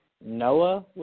Noah